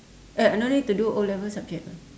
uh no need to do O-level subject ah